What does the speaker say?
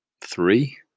three